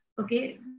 okay